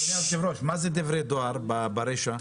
אדוני היושב-ראש, מה זה "דברי דואר" ברישה?